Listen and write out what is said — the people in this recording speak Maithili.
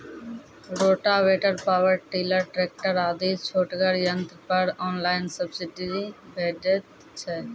रोटावेटर, पावर टिलर, ट्रेकटर आदि छोटगर यंत्र पर ऑनलाइन सब्सिडी भेटैत छै?